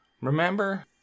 remember